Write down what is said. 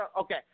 okay